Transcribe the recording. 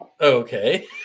okay